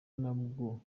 nabwo